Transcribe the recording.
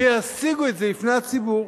שיציגו את זה בפני הציבור.